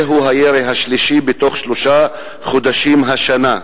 זהו הירי השלישי בתוך שלושה חודשים השנה.